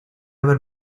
haber